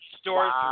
stores